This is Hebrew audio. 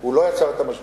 הוא לא יצר את המשבר.